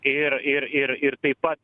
ir ir ir ir taip pat